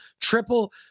triple